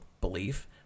belief